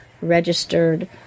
registered